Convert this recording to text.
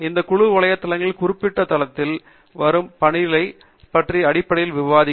இந்த குழு வலைத்தளங்கள் குறிப்பிட்ட களத்தில் நடைபெற்று வரும் பணியைப் பற்றி அடிப்படையில் விவாதிக்கும்